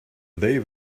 they